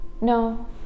no